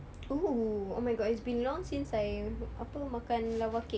oo oh my god it's been long since I apa makan lava cake